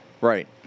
Right